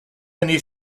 année